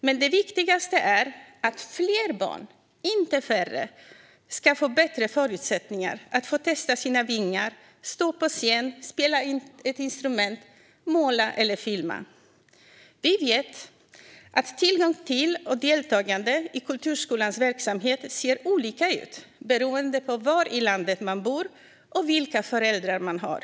Men det viktigaste är att fler barn, inte färre, ska få bättre förutsättningar att få testa sina vingar, stå på scen, spela ett instrument, måla eller filma. Vi vet att tillgång till och deltagande i kulturskolans verksamhet ser olika ut beroende på var i landet man bor och vilka föräldrar man har.